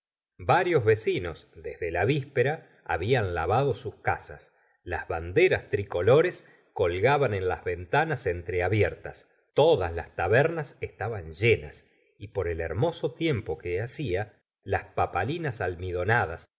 varios vecinos desde la víspera habían lavado sus casas las banderas tricolores colgaban en las ventanas entreabiertas todas las tabernas estaban llenas y por el hermoso tiempo que hacía las papalinas almidonadas